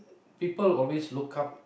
people always look up